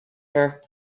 her